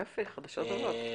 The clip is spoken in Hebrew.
יופי, חדשות טובות.